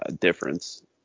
difference